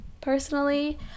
personally